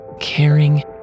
caring